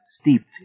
steeped